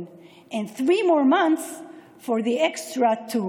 ושלושה חודשים נוספים לשתי מדינות נוספות.